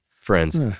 Friends